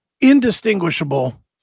indistinguishable